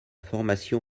formation